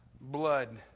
blood